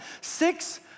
six